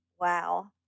Wow